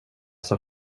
som